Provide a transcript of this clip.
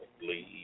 leave